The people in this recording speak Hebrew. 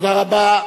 תודה רבה.